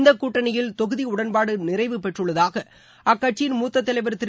இந்தக் கூட்டணியில் தொகுதி உடன்பாடு நிறைவு பெற்றுள்ளதாக அக்கட்சியின் மூத்த தலைவா திரு